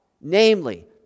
Namely